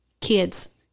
Kids